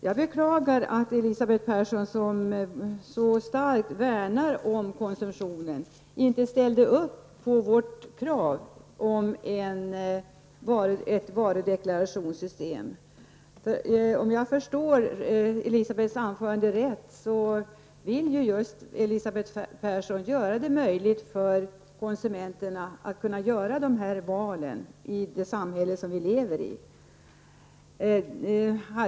Jag beklagar att Elisabeth Persson, som verkligen värnar om konsumtionen, inte kunde ansluta sig till vårt krav på ett varudeklarationssystem. Elisabeth Persson verkar vilja — om jag nu har tolkat hennes anförande rätt — göra det möjligt för konsumenterna att träffa de val som behövs i det samhälle som vi lever i.